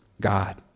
God